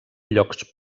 llocs